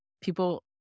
people